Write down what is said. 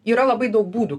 yra labai daug būdų